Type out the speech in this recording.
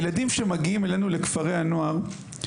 הילדים שמגיעים אלינו לכפרי הנוער,